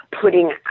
putting